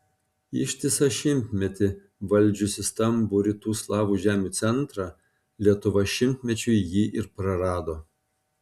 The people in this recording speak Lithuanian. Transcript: ištisą šimtmetį valdžiusi stambų rytų slavų žemių centrą lietuva šimtmečiui jį ir prarado